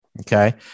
Okay